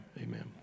amen